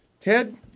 Ted